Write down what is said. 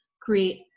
create